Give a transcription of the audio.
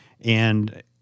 and-